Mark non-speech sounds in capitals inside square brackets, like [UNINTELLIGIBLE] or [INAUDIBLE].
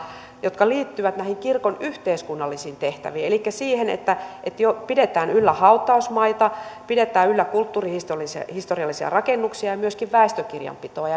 joka liittyy näihin kirkon yhteiskunnallisiin tehtäviin elikkä siihen että pidetään yllä hautausmaita pidetään yllä kulttuurihistoriallisia rakennuksia ja myöskin väestökirjanpitoa [UNINTELLIGIBLE]